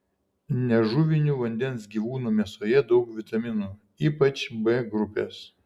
nežuvinių vandens gyvūnų mėsoje daug vitaminų ypač b grupės